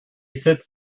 sits